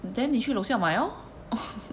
then 你去楼下买 orh